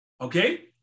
okay